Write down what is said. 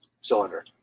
cylinder